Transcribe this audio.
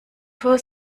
vor